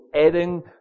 adding